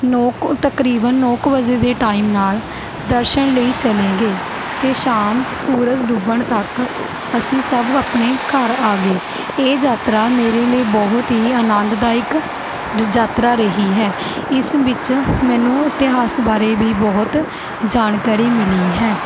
ਨੌਂ ਕ ਤਕਰੀਬਨ ਨੌਂ ਕੁ ਵਜੇ ਦੇ ਟਾਈਮ ਨਾਲ ਦਰਸ਼ਨ ਲਈ ਚਲੇ ਗਏ ਅਤੇ ਸ਼ਾਮ ਸੂਰਜ ਡੁੱਬਣ ਤੱਕ ਅਸੀਂ ਸਭ ਆਪਣੇ ਘਰ ਆ ਗਏ ਇਹ ਯਾਤਰਾ ਮੇਰੇ ਲਈ ਬਹੁਤ ਹੀ ਅਨੰਦਾਇਕ ਡ ਯਾਤਰਾ ਰਹੀ ਹੈ ਇਸ ਵਿੱਚ ਮੈਨੂੰ ਇਤਿਹਾਸ ਬਾਰੇ ਵੀ ਬਹੁਤ ਜਾਣਕਾਰੀ ਮਿਲੀ ਹੈ